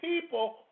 people